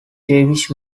jewish